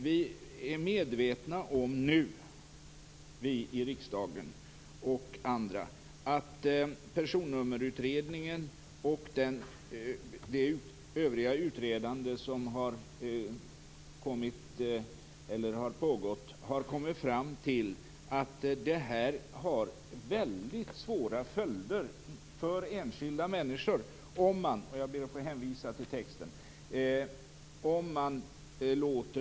Vi i riksdagen och andra är nu medvetna om att man i Personnummerutredningen och det övriga utredande som har pågått har kommit fram till att det har väldigt svåra följder för enskilda människor om man låter detta bero. Jag ber att få hänvisa till texten.